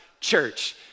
church